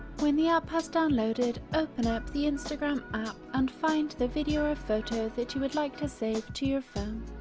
when the app has downloaded, open up the instagram app and find the video or photo that you would like to save to your phone,